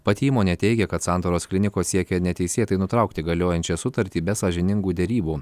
pati įmonė teigia kad santaros klinikos siekia neteisėtai nutraukti galiojančią sutartį be sąžiningų derybų